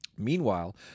Meanwhile